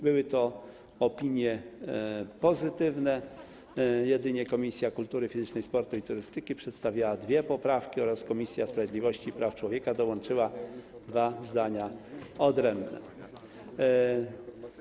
Były to opinie pozytywne, jedynie Komisja Kultury Fizycznej, Sportu i Turystyki przedstawiła dwie poprawki, a Komisja Sprawiedliwości i Praw Człowieka dołączyła dwa zdania odrębne.